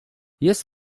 jest